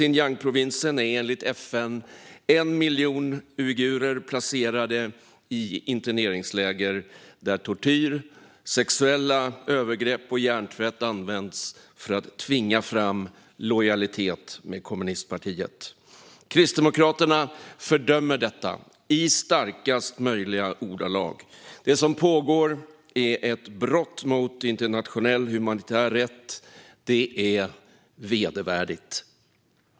I Xinjiangprovinsen är enligt FN 1 miljon uigurer placerade i interneringsläger där tortyr, sexuella övergrepp och hjärntvätt används för att tvinga fram lojalitet med kommunistpartiet. Kristdemokraterna fördömer detta i starkast möjliga ordalag. Det som pågår är ett brott mot internationell humanitär rätt. Det är vedervärdigt.